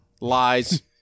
Lies